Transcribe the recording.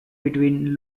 between